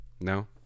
No